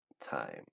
time